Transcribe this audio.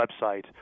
website